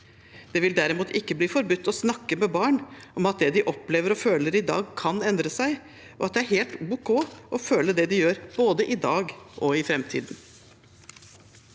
Det vil derimot ikke bli forbudt å snakke med barn om at det de opplever og føler i dag, kan endre seg, og at det er helt ok å føle det de gjør, både i dag og i framtiden.